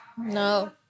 No